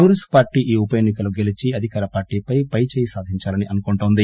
Congress party ఈ ఉపఎన్ని కలో గెలీచి అధికార పార్టీపై పై చేయి సాధించాలనుకుంటోంది